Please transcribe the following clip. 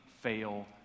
fail